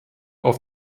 auf